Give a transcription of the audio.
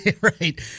Right